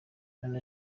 none